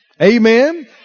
Amen